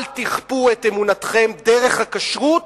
אל תכפו את אמונתכם דרך הכשרות